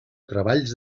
treballs